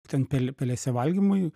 ten pel pelėse valgymui